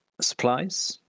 supplies